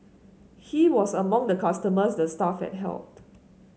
he was among the customers the staff had helped